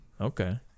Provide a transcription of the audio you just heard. Okay